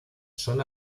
son